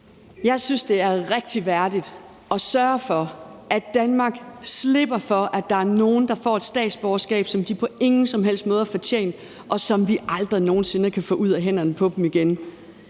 Jeg synes, det er rigtig værdigt at sørge for, at Danmark slipper for, at der er nogle, der får et statsborgerskab, som de på ingen som helst måde har fortjent, og som vi aldrig nogen sinde kan få ud af hænderne på dem igen.